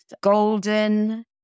golden